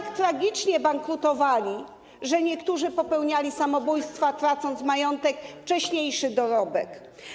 I to tak tragicznie bankrutowali, że niektórzy popełniali samobójstwa, tracąc majątek, wcześniejszy dorobek.